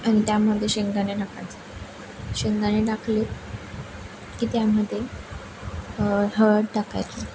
आणि त्यामध्ये शेंगदाणे टाकायचे शेंगदाणे टाकले की त्यामध्ये हळद टाकायची